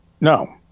no